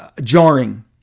Jarring